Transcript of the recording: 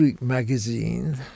magazine